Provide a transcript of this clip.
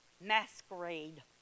masquerade